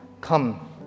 come